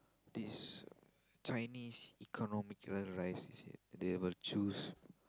this Chinese economical rice is it they will choose